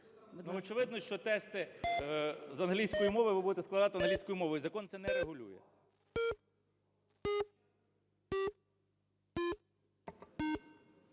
очевидно, що тести з англійської мови ви будете складати англійською мовою, закон це не регулює.